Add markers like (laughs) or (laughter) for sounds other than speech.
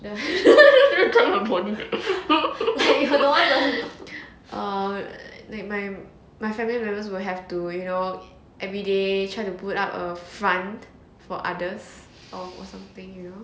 ya (laughs) drag your body (laughs) err like my my family members will have to you know every day try to put up a front for others or something you know